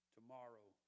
tomorrow